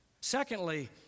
Secondly